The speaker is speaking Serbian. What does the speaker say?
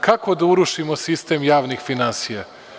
Kako da urušimo sistem javnih finansija?